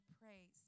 praise